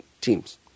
teams